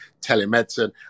telemedicine